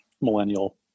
millennial